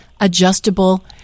adjustable